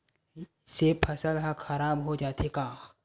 से फसल ह खराब हो जाथे का?